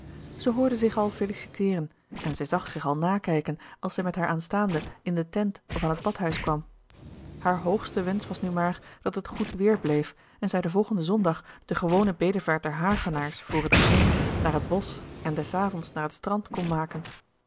zij hoorde zich al feliciteeren en zij zag zich al nakijken als zij met haar aanstaande in de tent of aan het badhuis kwam haar hoogste wensch was nu maar dat het goed weer bleef en zij den volgenden zondag de gewone bedevaart der hagenaars voor het diné naar het bosch en des avonds naar het strand kon maken